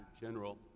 General